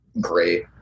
great